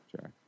Jack